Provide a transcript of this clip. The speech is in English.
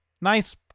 Nice